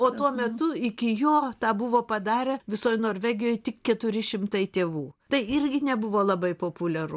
o tuo metu iki jo tą buvo padarę visoj norvegijoj tik keturi šimtai tėvų tai irgi nebuvo labai populiaru